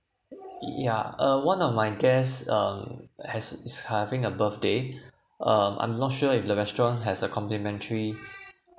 yeah uh one of my guest um has is having a birthday um I'm not sure if the restaurant has a complimentary